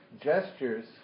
gestures